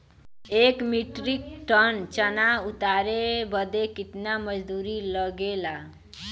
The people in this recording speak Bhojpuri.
एक मीट्रिक टन चना उतारे बदे कितना मजदूरी लगे ला?